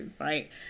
right